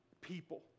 people